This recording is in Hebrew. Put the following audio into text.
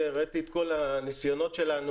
הראיתי את כל הניסיונות שלנו,